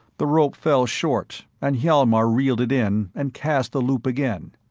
the rope fell short, and hjalmar reeled it in and cast the loop again.